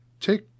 take